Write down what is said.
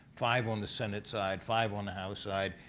five on the senate side, five on the house side.